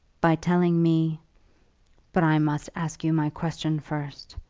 by telling me but i must ask you my question first.